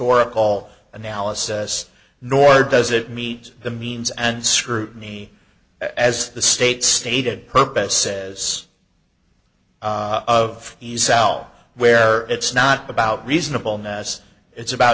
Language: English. or call analysis nor does it meet the means and scrutiny as the state stated purpose says of each sal where it's not about reasonable ness it's about